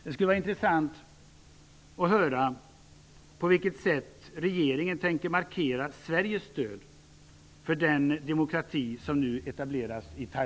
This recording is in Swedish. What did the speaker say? Det skulle vara intressant att höra svaret. På vilket sätt tänker regeringen markera Sveriges stöd för den demokrati som nu etableras i